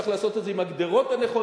צריך לעשות את זה עם הגדרות הנכונות,